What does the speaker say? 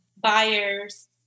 buyers